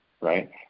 right